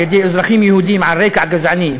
על-ידי אזרחים יהודים על רקע גזעני,